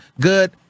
good